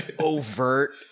overt